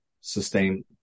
sustain